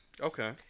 Okay